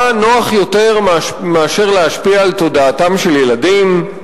מה נוח יותר מאשר להשפיע על תודעתם של ילדים?